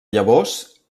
llavors